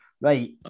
Right